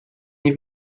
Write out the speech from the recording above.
nie